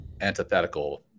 antithetical